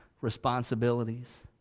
responsibilities